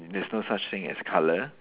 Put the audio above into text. there's no such thing as colour